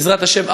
בעזרת השם,